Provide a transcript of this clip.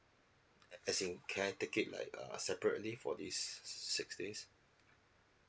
as in can I take it like uh separately for this six days